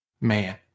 man